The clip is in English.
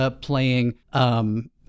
playing